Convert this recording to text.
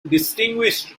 distinguished